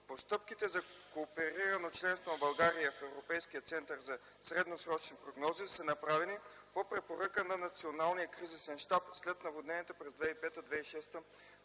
Постъпките за кооперирано членство на България в Европейския център за средносрочни прогнози са направени по препоръка на Националния кризисен щаб след наводненията през 2005 и 2006 г.